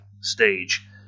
stage